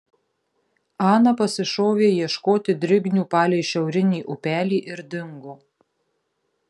ana pasišovė ieškoti drignių palei šiaurinį upelį ir dingo